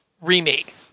remake